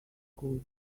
good